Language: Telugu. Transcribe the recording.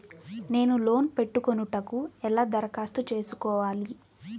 నేను లోన్ పెట్టుకొనుటకు ఎలా దరఖాస్తు చేసుకోవాలి?